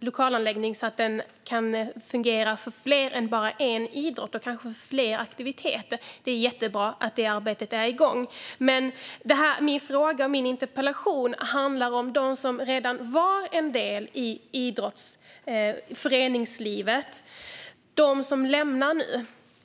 lokalanläggning så att den kan fungera för fler idrotter än bara en och kanske för fler aktiviteter. Det är jättebra att det arbetet är igång. Min fråga och min interpellation handlar dock om dem som redan var en del av idrottsföreningslivet och som nu lämnar det.